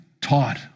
taught